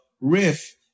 riff